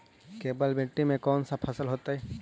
केवल मिट्टी में कौन से फसल होतै?